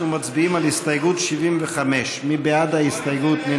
אנחנו מצביעים על הסתייגות 75. מי בעד ההסתייגות?